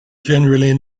generally